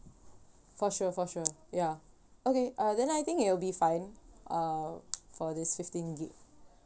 for sure for sure ya okay uh then I think it'll be fine uh for this fifteen gig